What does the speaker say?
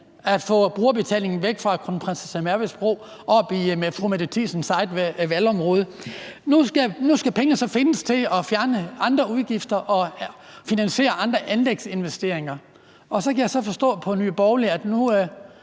at få brugerbetalingen væk fra Kronprinsesse Marys Bro oppe i fru Mette Thiesens eget valgområde. Nu skal pengene så findes til at fjerne andre udgifter og finansiere andre anlægsinvesteringer, og så kan jeg så forstå på Nye Borgerlige, at nu